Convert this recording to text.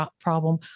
problem